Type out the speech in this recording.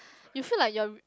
you feel like you are